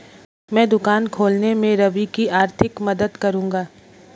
मैं दुकान खोलने में रवि की आर्थिक मदद करूंगा